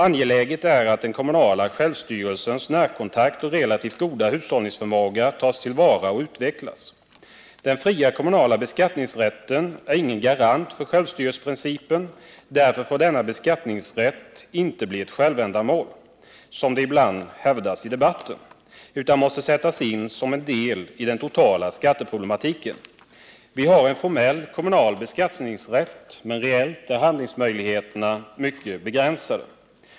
Angeläget är att den kommunala självstyrelsens möjligheter till närkontakt och möjligheter till relativt god hushållning tas till vara och utvecklas. Den fria kommunala beskattningsrätten är ingen garant för självstyrelseprincipen. Därför får denna beskattningsrätt inte bli ett självändamål, som det ibland hävdats i debatten, utan den måste sättas in som en del i den totala skatteproblematiken. Vi har en formell kommunal beskattningsrätt, men reellt är handlingsmöjligheterna mycket begränsade.